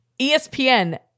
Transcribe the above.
ESPN